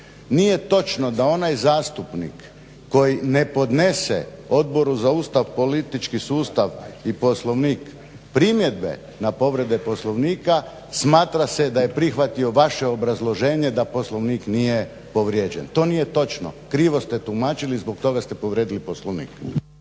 Nije točno da onaj zastupnik koji ne podnese Odboru za Ustav, politički sustav i Poslovnik primjedbe na povrede Poslovnika, smatra se da je prihvatio vaše obrazloženje da Poslovnik nije povrijeđen. To nije točno, krivo ste tumačili zbog toga ste povrijedili Poslovnik.